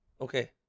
Okay